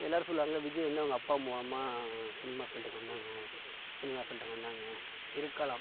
எல்லாரும் சொல்வாங்கள் விஜய் வந்து அவங்க அப்பா மூலமாக சினிமா ஃபீல்டுக்கு வந்தாங்கள் சினிமா ஃபீல்டுக்கு வந்தாங்கள் இருக்கலாம்